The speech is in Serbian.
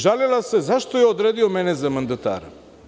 Žalila se zašto je odredio mene za mandatara.